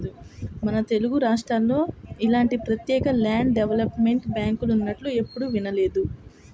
మన తెలుగురాష్ట్రాల్లో ఇలాంటి ప్రత్యేక ల్యాండ్ డెవలప్మెంట్ బ్యాంకులున్నట్లు ఎప్పుడూ వినలేదు